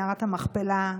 מערת המכפלה,